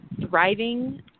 thriving